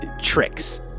tricks